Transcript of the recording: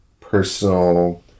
personal